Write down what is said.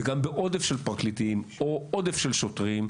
וגם בעודף של פרקליטים או עודף של שוטרים,